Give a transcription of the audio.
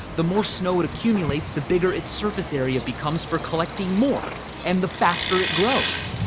the more snow it accumulates, the bigger its surface area becomes for collecting more and the faster it grows.